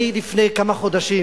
לפני כמה חודשים,